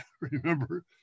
remember